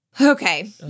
Okay